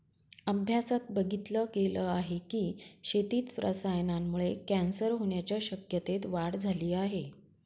अभ्यासात बघितल गेल आहे की, शेतीत रसायनांमुळे कॅन्सर होण्याच्या शक्यतेत वाढ झाली आहे